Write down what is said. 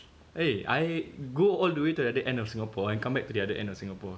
eh I go all the way to the other end of Singapore and come back to the other end of Singapore